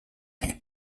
wie